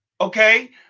okay